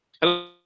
Hello